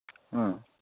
ꯑꯥ